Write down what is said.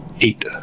eight